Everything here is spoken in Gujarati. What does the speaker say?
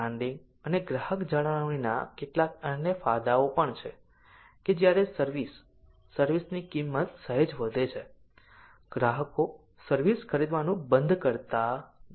બ્રાન્ડિંગ અને ગ્રાહક જાળવણીના કેટલાક અન્ય ફાયદાઓ પણ છે કે જ્યારે સર્વિસ સર્વિસ ની કિંમત સહેજ વધે છે ગ્રાહકો સર્વિસ ખરીદવાનું બંધ કરતા નથી